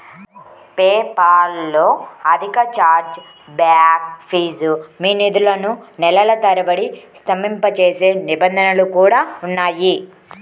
PayPal లో అధిక chargeback fee, మీ నిధులను నెలల తరబడి స్తంభింపజేసే నిబంధనలు కూడా ఉన్నాయి